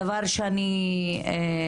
דבר שאני כאילו,